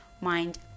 mind